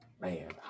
Man